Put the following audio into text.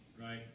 Right